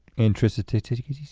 intricitititties. yeah